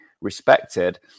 respected